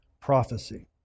prophecy